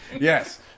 Yes